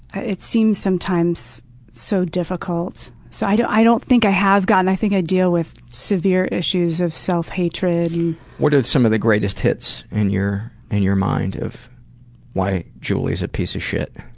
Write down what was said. ah it seems sometimes so difficult. so i don't i don't think i have gotten i think i deal with severe issues of self-hatred. what are some of the greatest hits and in and your mind of why julie's a piece of shit?